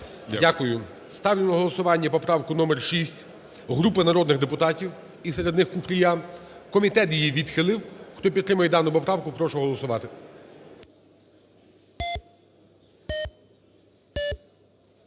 Дякую. Ставлю на голосування поправку номер 6 групи народних депутатів і серед них Купрія, комітет її відхилив. Хто підтримує дану поправку, прошу голосувати.